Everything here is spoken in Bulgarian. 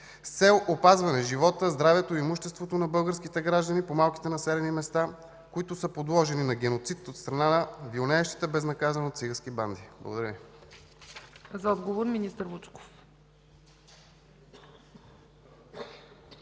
с цел опазване живота, здравето и имуществото на българските граждани по малките населени места, които са подложени на геноцид от страна на вилнеещите безнаказано цигански банди? Благодаря